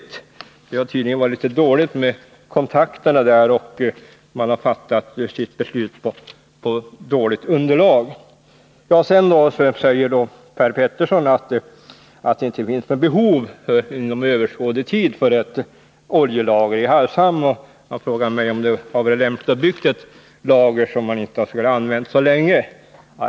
Det har tydligen varit litet dåligt med kontakterna, och man har fattat sitt beslut på dåligt underlag. Sedan säger då Per Petersson att det inte finns något behov inom överskådlig tid av ett oljelager i Hargshamn, och han frågar om det hade varit lämpligt att bygga ett lager som man inte skulle ha använt så länge.